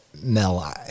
Mel